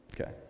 Okay